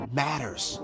matters